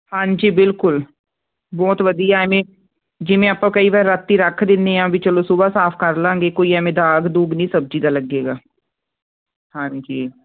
ਹਾਂਜੀ ਬਿਲਕੁਲ ਬਹੁਤ ਵਧੀਆ ਐਵੇਂ ਜਿਵੇਂ ਆਪਾਂ ਕਈ ਵਾਰ ਰਾਤੀ ਰੱਖ ਦਿਨੇ ਆ ਵੀ ਚਲੋ ਸੁਬਹਾ ਸਾਫ ਕਰ ਲਾਂਗੇ ਕੋਈ ਐਵੇਂ ਦਾਗ ਦੂਗ ਨੀ ਸਬਜੀ ਦਾ ਲੱਗੇਗਾ ਹਾਂਜੀ